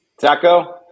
Taco